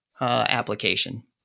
application